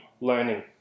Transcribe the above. learning